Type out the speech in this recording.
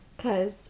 Cause